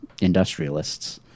industrialists